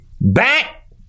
Back